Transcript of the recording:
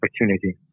opportunity